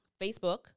Facebook